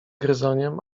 gryzoniem